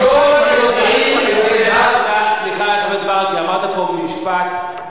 ניאו-נאציות באירופה עכשיו,